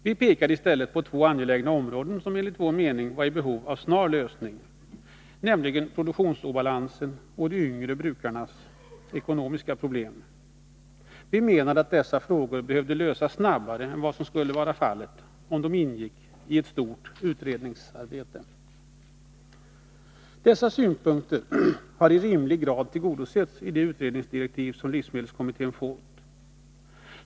Vi pekade i stället på två angelägna områden, där problemen enligt vår mening var i behov av en snar lösning, nämligen produktionsobalansen och de yngre brukarnas ekonomiska förhållanden. Vi menar att dessa frågor behöver lösas snabbare än vad fallet skulle vara, om de ingick i ett större utredningsarbete. Dessa synpunkter har i rimlig grad tillgodosetts i de utredningsdirektiv som livsmedelskommittén fått.